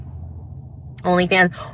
OnlyFans